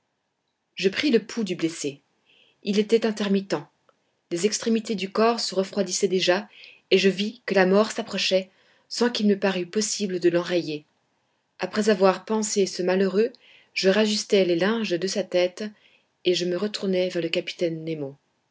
je pris le pouls du blessé il était intermittent les extrémités du corps se refroidissaient déjà et je vis que la mort s'approchait sans qu'il me parût possible de l'enrayer après avoir pansé ce malheureux je rajustai les linges de sa tête et je me retournai vers le capitaine nemo